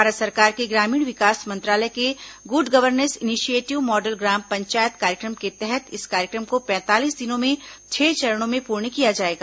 भारत सरकार के ग्रामीण विकास मंत्रालय के गुड गवर्नेस इनिशिएटिव्ह मॉडल ग्राम पंचायत कार्यक्रम के तहत इस कार्यक्रम को पैंतालीस दिनों में छह चरणों में पूर्ण किया जाएगा